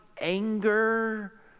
anger